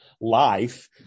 life